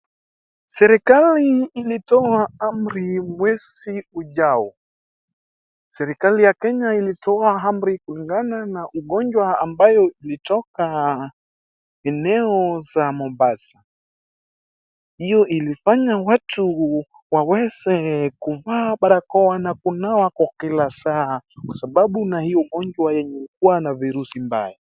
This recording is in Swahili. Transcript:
Serikali ilitoa amri mwezi ujao. Serikali ya Kenya ilitoa amri kulingana na ugonjwa ambayo ilitoka eneo za Mombasa. Hiyo ilifanya watu waweze kuvaa barakoa na kunawa kwa kila saa kwa sababu na hiyo ugonjwa yenye ilikuwa na virusi mbaya.